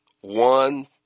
One